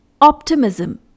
optimism